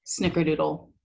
Snickerdoodle